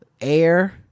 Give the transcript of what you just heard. Air